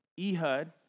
Ehud